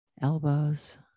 elbows